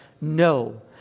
no